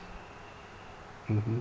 mmhmm